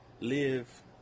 live